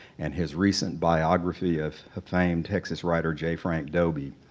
and his recent biography of a famed texas writer, j. frank dobie.